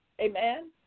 amen